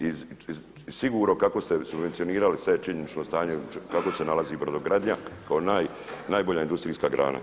I sigurno kako ste subvencionirali sada je činjenično stanje u kakvom se nalazi brodogradnja kao najbolja industrijska grana.